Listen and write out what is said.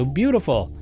beautiful